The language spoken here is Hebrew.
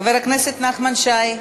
חבר הכנסת נחמן שי.